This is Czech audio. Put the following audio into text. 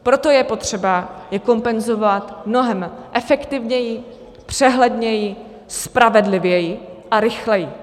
Proto je potřeba je kompenzovat mnohem efektivněji, přehledněji, spravedlivěji a rychleji.